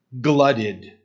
glutted